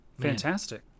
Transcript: fantastic